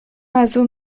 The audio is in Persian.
ازاون